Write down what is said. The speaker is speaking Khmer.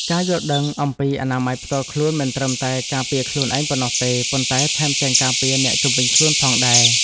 ការយល់ដឹងអំពីអនាម័យផ្ទាល់ខ្លួនមិនត្រឹមតែការពារខ្លួនឯងប៉ុណ្ណោះទេ ប៉ុន្តែថែមទាំងការពារអ្នកជុំវិញខ្លួនផងដែរ។